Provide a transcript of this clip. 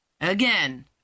again